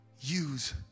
use